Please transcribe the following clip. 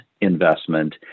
investment